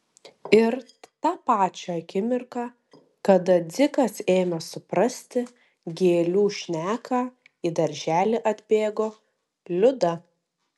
ir tą pačią akimirką kada dzikas ėmė suprasti gėlių šneką į darželį atbėgo liuda